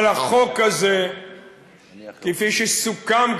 אבל החוק הזה כפי שסוכם,